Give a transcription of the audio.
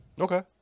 Okay